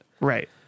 Right